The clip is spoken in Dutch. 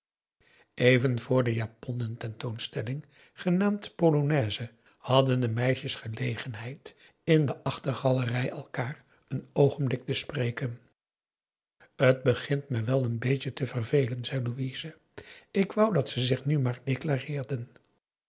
o n a i s e hadden de meisjes gelegenheid in de achtergalerij elkaar een oogenblik te spreken t begint me wel n beetje te vervelen zei louise ik wou dat ze zich nu maar